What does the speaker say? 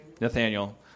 Nathaniel